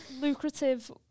lucrative